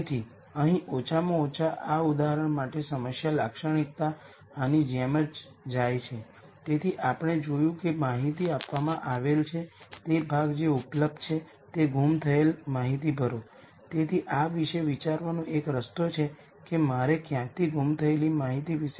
તેથી ઉદાહરણ તરીકે જો હું Aᵀ Aᵀ લઉં તો તે Aᵀ હશે Aᵀ જે Aᵀ A હશે